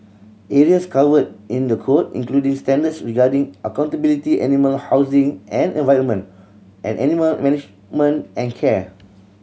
areas covered in the code including standards regarding accountability animal housing and environment and animal management and care